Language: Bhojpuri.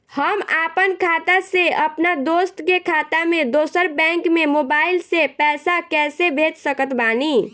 हम आपन खाता से अपना दोस्त के खाता मे दोसर बैंक मे मोबाइल से पैसा कैसे भेज सकत बानी?